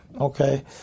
okay